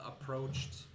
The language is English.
approached